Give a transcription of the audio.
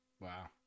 Wow